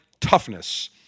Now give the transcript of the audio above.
toughness